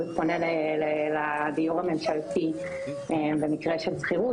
פונה לדיור הממשלתי במקרה של שכירות.